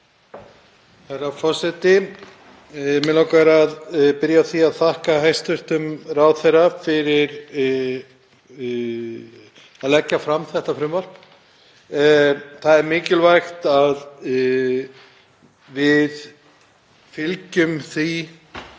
Herra forseti. Mig langar að byrja á að þakka hæstv. ráðherra fyrir að leggja fram þetta frumvarp. Það er mikilvægt að við fylgjum því